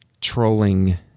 trolling